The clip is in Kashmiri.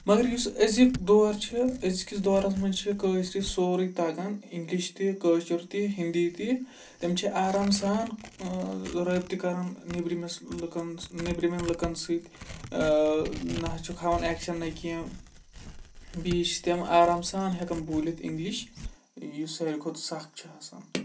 مگر یُس أزِکۍ دور چھِ أزۍکِس دورَس منٛز چھِ کٲشرِ سورُے تَگان اِنٛگلِش تہِ کٲشُر تہِ ہِنٛدی تہِ تِم چھِ آرام سان رٲبطہٕ کَران نیٚبرِمِس لُکَن نیٚبرِمٮ۪ن لُکَن سۭتۍ نہ حظ چھُکھ ہاوان اٮ۪کشَن نہ کینٛہہ بیٚیہِ چھِ تِم آرام سان ہٮ۪کان بوٗلِتھ اِنٛگلِش یُس ساروی کھۄتہٕ سَکھ چھِ آسان